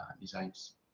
designs